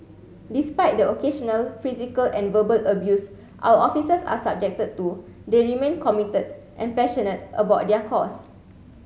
despite the occasional physical and verbal abuse our officers are subjected to they remain committed and passionate about their cause